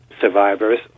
survivors